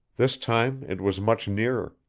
this time it was much nearer,